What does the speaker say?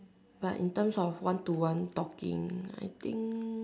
but in terms of one to one talking I think